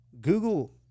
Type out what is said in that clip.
Google